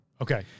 Okay